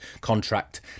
contract